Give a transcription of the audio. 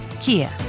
Kia